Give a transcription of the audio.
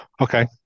Okay